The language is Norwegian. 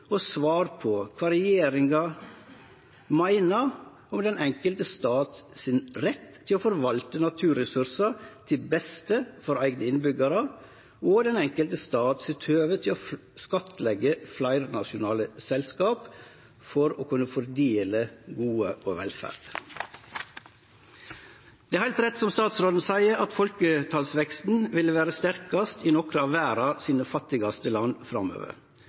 og svar på kva regjeringa meiner om retten den enkelte stat har til å forvalte naturressursar til beste for eigne innbyggjarar, og høvet den enkelte stat har til å skattleggje fleirnasjonale selskap for å kunne fordele gode og velferd. Det er heilt rett, som statsråden seier, at folketalsveksten vil vere sterkast i nokre av dei fattigaste landa i verda framover.